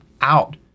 out